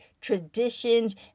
traditions